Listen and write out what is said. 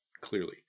clearly